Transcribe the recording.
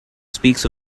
speaks